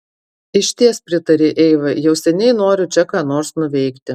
išties pritarė eiva jau seniai noriu čia ką nors nuveikti